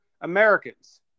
Americans